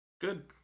Good